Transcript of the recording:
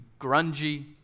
grungy